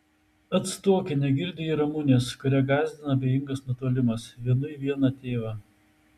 atstoki negirdi ji ramunės kurią gąsdina abejingas nutolimas vienui vieną tėvą